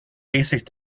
basic